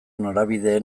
norabideen